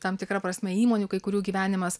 tam tikra prasme įmonių kai kurių gyvenimas